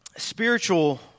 Spiritual